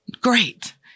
Great